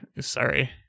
Sorry